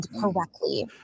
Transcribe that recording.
...correctly